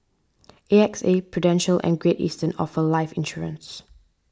A X A Prudential and Great Eastern offer life insurance